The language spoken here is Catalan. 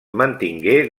mantingué